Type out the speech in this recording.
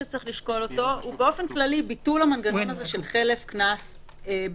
שצריך לשקול אותו הוא באופן כללי ביטול המנגנון הזה של חלף קנס במאסר.